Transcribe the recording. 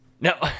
no